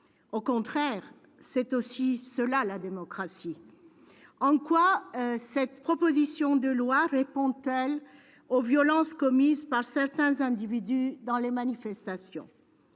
Au contraire, c'est aussi cela la démocratie. En quoi cette proposition de loi répond-elle aux violences commises par certains individus dans les manifestations ?